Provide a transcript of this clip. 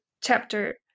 chapter